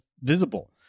visible